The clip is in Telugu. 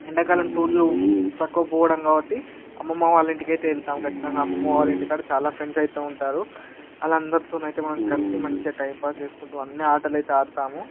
ఎండాకాలం టూర్లు తక్కువ పోవడం కాబట్టి అమ్మమ్మ వాళ్ళ ఇంటికి అయితే వెళతాం ఖచ్చితంగా అమ్మమ్మ వాళ్ళ ఇంటికాడ చాలా ఫ్రెండ్స్ అయితే ఉంటారు వాళ్ళ అందరితో అయితే మనం కలిసి మంచి టైంపాస్ చేసుకుంటు అన్నీ ఆటలు అయితే ఆడుతాము